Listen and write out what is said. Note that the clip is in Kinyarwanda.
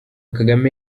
kagame